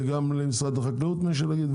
וגם למשרד החקלאות יש לו מה להגיד,